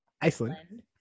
Iceland